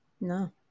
No